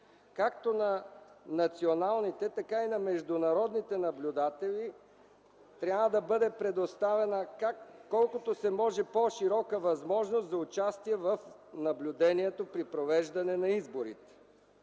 „Както на националните, така и на международните наблюдатели трябва да бъде предоставена колкото се може по-широка възможност за участие в наблюдението при провеждането на изборите.